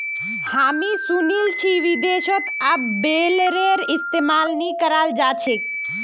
हामी सुनील छि विदेशत अब बेलरेर इस्तमाल नइ कराल जा छेक